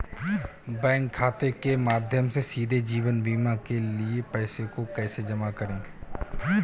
Bank खाते के माध्यम से सीधे जीवन बीमा के लिए पैसे को कैसे जमा करें?